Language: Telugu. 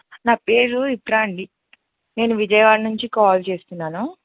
నా పేరు ఇత్రా అండి నేను విజయవాడ్ నుంచి కాల్ చేస్తున్నాను